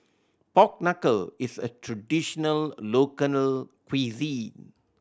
pork knuckle is a traditional local cuisine